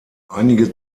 einige